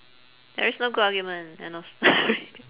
there is no good argument end of story